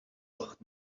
ucht